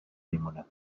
میمونه